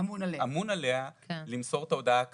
אמון עליה למסור את ההודעה כדין,